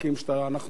או שנעשים בהם,